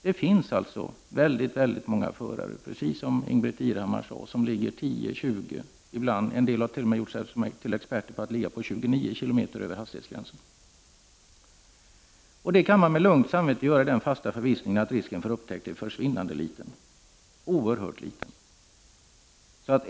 Som Ingbritt Irhammar sade finns det många förare som ligger 10-20 km över hastighetsgränsen — en del har t.o.m. gjort sig till experter på att ligga 29 km över gränsen. Det kan man med lugnt samvete göra, i den fasta förvissningen att risken för upptäckt är försvinnande liten.